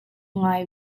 ngai